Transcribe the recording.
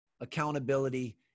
accountability